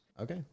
Okay